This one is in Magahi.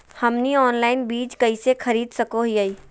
हमनी ऑनलाइन बीज कइसे खरीद सको हीयइ?